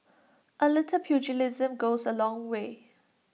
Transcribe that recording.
A little pugilism goes A long way